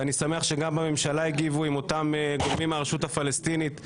ואני שמח שגם בממשלה הגיבו עם אותם גורמים מהרשות הפלסטינית,